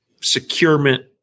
securement